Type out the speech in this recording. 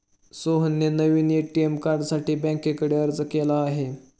सोहनने नवीन ए.टी.एम कार्डसाठी बँकेकडे अर्ज केला आहे